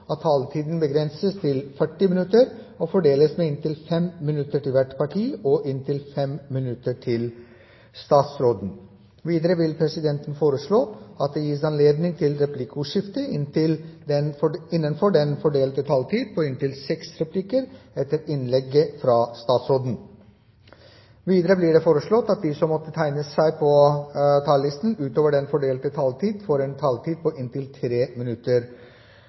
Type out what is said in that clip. at taletiden begrenses til 40 minutter og fordeles med inntil 5 minutter til hvert parti og inntil 5 minutter til statsråden. Videre vil presidenten foreslå at det gis anledning til replikkordskifte på inntil tre replikker med svar etter innlegget fra statsråden innenfor den fordelte taletid. Videre blir det foreslått at de som måtte tegne seg på talerlisten utover den fordelte taletid, får en taletid på inntil 3 minutter.